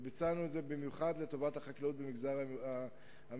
וביצענו את זה במיוחד לטובת החקלאות במגזר המיעוטים.